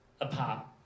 apart